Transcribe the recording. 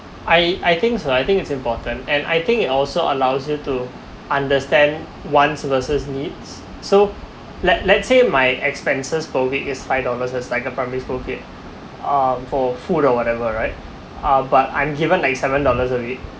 I I think so I think it's important and I think it also allows you to understand wants versus needs so let let's say my expenses per week is five dollars as like a primary school kid um for food or whatever right uh but I'm given like seven dollars a week